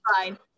fine